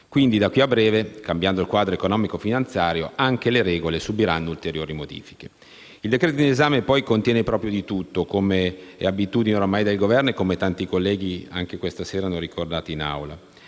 Quindi, da qui a breve, cambiando il quadro economico-finanziario, anche le regole subiranno ulteriori modifiche. Il decreto-legge in esame, poi, contiene proprio di tutto, come è ormai abitudine del Governo e come tanti colleghi anche questa sera hanno ricordato nel